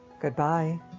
Goodbye